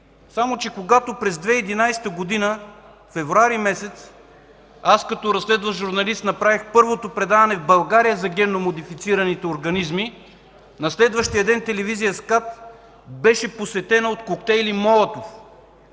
Само че когато през 2011 г. – февруари месец, като разследващ журналист направих първото предаване в България за генномодифицираните организми, на следващия ден телевизия СКАТ беше посетена от коктейли „Молотов”.